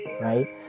right